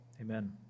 Amen